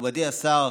מכובדי השר,